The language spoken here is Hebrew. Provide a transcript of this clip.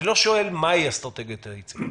אני לא שואל מה היא אסטרטגיית היציאה,